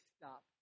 stop